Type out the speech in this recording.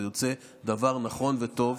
זה יוצא דבר נכון וטוב.